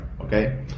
Okay